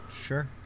sure